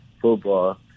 football